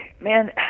man